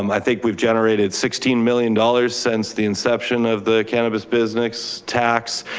um i think we've generated sixteen million dollars since the inception of the cannabis business tax,